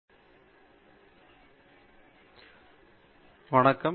பேராசிரியர் பிரதாப் ஹரிதாஸ் வணக்கம்